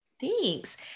Thanks